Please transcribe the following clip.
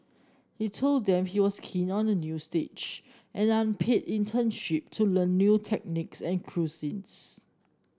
he told them he was keen on a new stage an unpaid internship to learn new techniques and cuisines